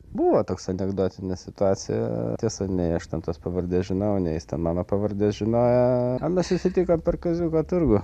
buvo toks anekdotinė situacija tiesa nei aš ten tos pavardės žinau nei jis ten mano pavardės žinojo a mes susitikom per kaziuko turgų